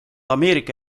ameerika